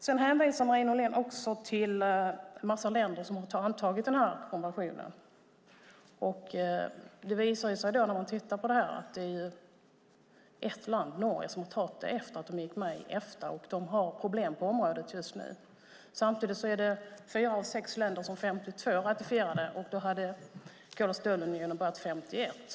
Marie Nordén hänvisar till länder som har ratificerat konventionen. Det visar sig att ett land, Norge, har ratificerat konventionen efter det att Norge gick med i Efta, och landet har problem på området just nu. Fyra av sex länder ratificerade konventionen 1952, och Kol och stålunionen inrättades 1951.